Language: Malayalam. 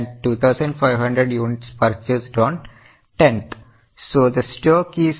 So 3000 units purchased on 2nd and 2500 units purchased on 10th